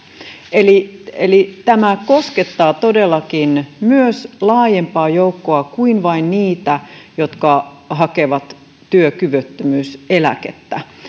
eli eli tämä koskettaa todellakin myös laajempaa joukkoa kuin vain niitä jotka hakevat työkyvyttömyyseläkettä